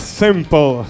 simple